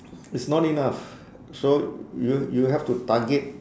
it's not enough so you you have to target